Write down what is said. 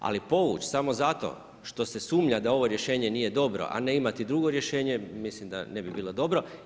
Ali povuć samo zato što se sumnja da ovo rješenje nije dobro, a ne imati drugo rješenje, mislim da ne bilo dobro.